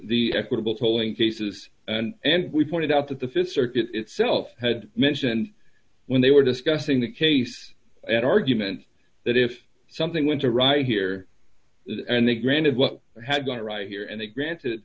the equitable tolling cases and we pointed out that the th circuit itself had mentioned when they were discussing the case at argument that if something went awry here and they granted what had gone right here and they granted